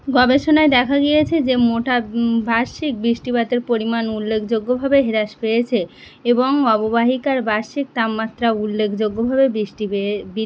গবেষণায় দেখা গিয়েছে যে মোটা বার্ষিক বৃষ্টিপাতের পরিমাণ উল্লেখযোগ্যভাবে হ্রাস পেয়েছে এবং অববাহিকার বার্ষিক তাপমাত্রা উল্লেখযোগ্যভাবে বৃষ্টি পেয়ে বি